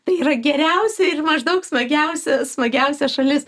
tai yra geriausia ir maždaug smagiausia smagiausia šalis